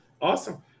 Awesome